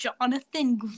Jonathan